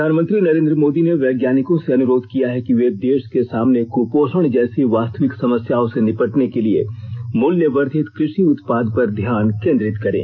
प्रधानमंत्री नरेन्द्र मोदी ने वैज्ञानिकों से अनुरोध किया है कि वे देश के सामने कृपोषण जैसी वास्तविक समस्याओं से निपटने के लिए मूल्यवर्धित कृषि उत्पाद पर ध्यान केन्द्रित करें